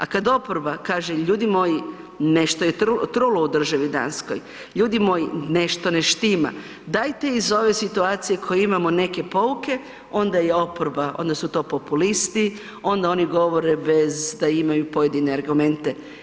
A kada oporba kaže ljudi moji nešto je trulo u državi Danskoj, ljudi moji nešto ne štima, dajte iz ove situacije koju imamo neke pouke onda je oporba onda su to populisti, onda oni govore bez da imaju pojedine argumente.